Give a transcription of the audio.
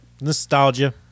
Nostalgia